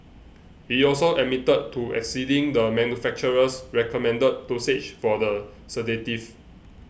he also admitted to exceeding the manufacturer's recommended dosage for the sedative